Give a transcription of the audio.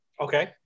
Okay